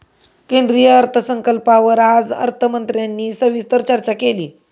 केंद्रीय अर्थसंकल्पावर आज अर्थमंत्र्यांनी सविस्तर चर्चा केली